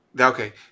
Okay